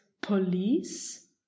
Police